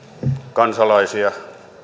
kansalaisia